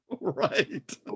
Right